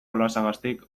olasagastik